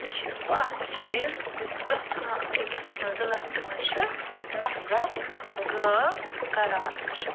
یہ چھُ سُہ اکھ چیٖز یُس پرٛیٚتھ کانٛہہ اکِس دلس منٛز چھُ نفرت غٲب کران